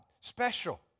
Special